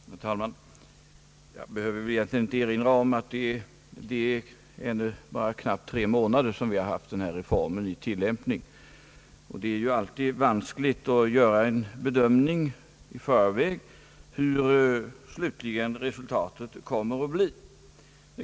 Herr talman! Jag behöver väl egentligen inte erinra om att denna reform har tillämpats knappt tre månader. Det är ju alltid vanskligt att i förväg göra en bedömning av hur slutresultatet kom mer att bli.